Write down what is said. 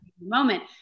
moment